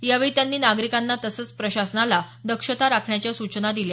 यावेळी त्यांनी नागरिकांना तसंच प्रशासनाला दक्षता राखण्याच्या सूचना दिल्या